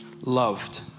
loved